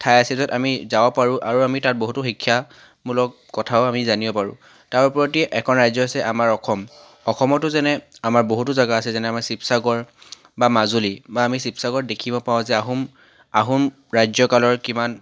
ঠাই আছে য'ত আমি যাব পাৰোঁ আৰু আমি তাত বহুতো শিক্ষামূলক কথাও আমি জানিব পাৰোঁ তাৰ প্ৰতি এখন ৰাজ্য হৈছে আমাৰ অসম অসমতো যেনে আমাৰ বহুতো জাগা আছে যেনে আমাৰ শিৱসাগৰ বা মাজুলী বা আমি শিৱসাগৰ দেখিব পাওঁ যে আহোম আহোম ৰাজ্যকালৰ কিমান